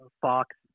Fox